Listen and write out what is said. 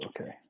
Okay